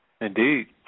Indeed